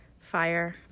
fire